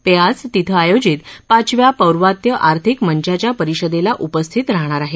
ते आज तिथं आयोजित पाचव्या पौर्वात्य आर्थिक मंचाच्या परिषदेला उपस्थित राहणार आहेत